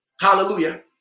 Hallelujah